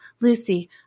Lucy